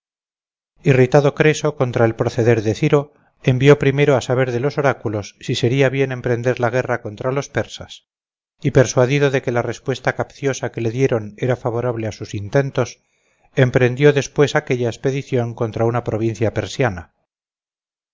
irritado creso contra el proceder de ciro envió primero a sabor de los oráculos si sería bien emprender la guerra contra los persas y persuadido de que la respuesta capciosa que le dieron era favorable a sus intentos emprendió después aquella expedición contra una provincia persiana